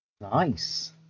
Nice